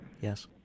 Yes